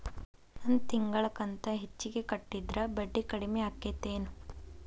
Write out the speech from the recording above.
ನನ್ ತಿಂಗಳ ಕಂತ ಹೆಚ್ಚಿಗೆ ಕಟ್ಟಿದ್ರ ಬಡ್ಡಿ ಕಡಿಮಿ ಆಕ್ಕೆತೇನು?